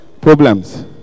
problems